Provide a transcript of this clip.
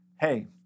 Hey